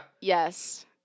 Yes